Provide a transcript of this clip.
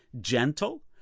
gentle